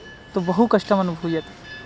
तु बहु कष्टम् अनुभूयते